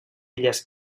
illes